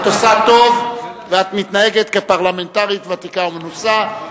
את עושה טוב ואת מתנהגת כפרלמנטרית ותיקה ומנוסה.